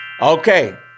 Okay